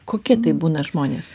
kokie tai būna žmonės